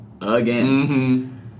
again